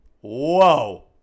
Whoa